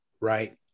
right